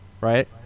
right